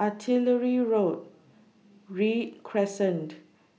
Artillery Road Read Crescent